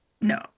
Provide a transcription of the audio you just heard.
No